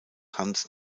hans